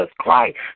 Christ